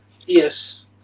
Yes